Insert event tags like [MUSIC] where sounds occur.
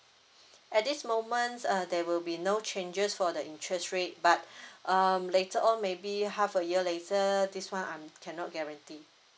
at this moment uh there will be no changes for the interest rate but [BREATH] um later on maybe half a year later this one I'm cannot guarantee